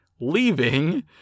leaving